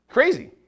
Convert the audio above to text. Crazy